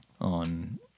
on